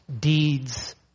deeds